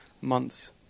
months